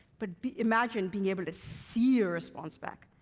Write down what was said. but imagine being able to see a response back.